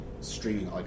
streaming